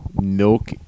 Milk